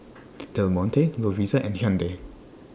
Del Monte Lovisa and Hyundai